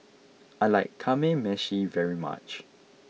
I like Kamameshi very much